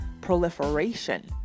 proliferation